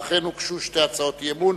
ואכן הוגשו שתי הצעות אי-אמון,